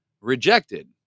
rejected